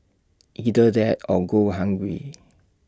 either that or go hungry